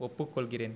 ஒப்புக் கொள்கிறேன்